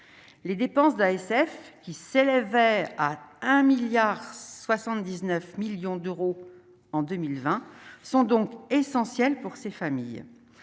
les dépenses d'ASF, qui s'élevait à 1 milliard 79 millions d'euros en 2020 sont donc essentielles pour ces familles,